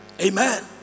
amen